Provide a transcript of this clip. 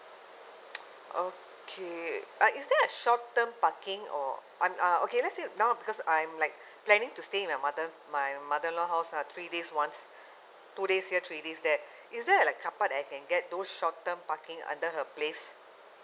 okay uh is there a short term parking or I'm uh okay let's say now because I'm like planning to stay in the mother my mother in law house lah three days once two days here three days there is there like car park that I can get those short term parking under her place